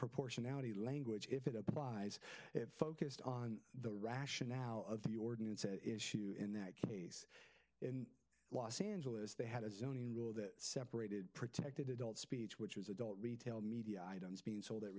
proportionality language if it applies it focused on the rationale of the ordinance issue in that case in los angeles they had a zoning rule that separated protected adult speech which was adult retail media items being sold at